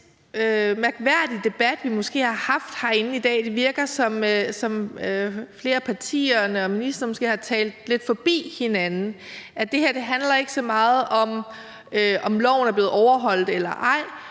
lidt mærkværdig debat, vi har haft herinde i dag? Det virker, som om flere af partierne og ministeren måske har talt lidt forbi hinanden, og at det her ikke handler så meget om, om loven er blevet overholdt eller ej,